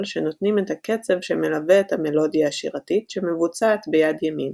שנותנים את הקצב שמלווה את המלודיה השירתית שמבוצעת ביד ימין.